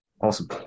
awesome